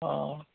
অঁ